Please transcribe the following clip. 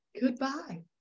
goodbye